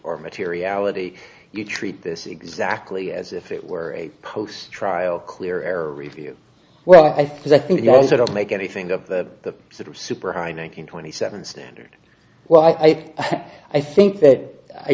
or materiality you treat this exactly as if it were a post trial clear error review well i think you also don't make anything of the sort of super high nine hundred twenty seven standard well i think i think that i